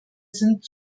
sind